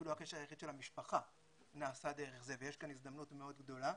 אפילו הקשר היחיד של המשפחה נעשה דרך זה ויש כאן הזדמנות מאוד גדולה.